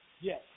yes